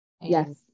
Yes